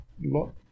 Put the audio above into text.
lot